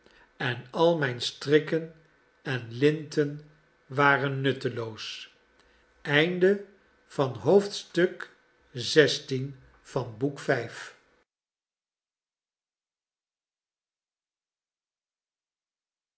en al mijn strikken en linten waren nutteloos